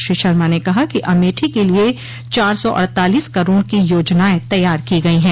श्री शर्मा ने कहा कि अमेठी के लिए चार सौ अड़तालीस करोड़ की योजनायें तैयार की गई हैं